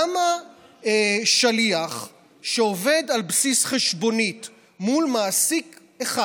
למה שליח שעובד על בסיס חשבונית מול מעסיק אחד,